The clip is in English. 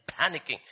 panicking